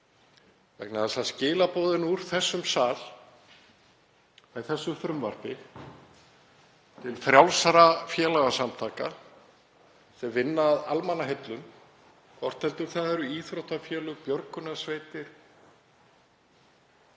vegna þess að skilaboðin úr þessum sal, með þessu frumvarpi, til frjálsra félagasamtaka, sem vinna að almannaheillum, hvort sem það eru íþróttafélög, björgunarsveitir,